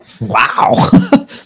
Wow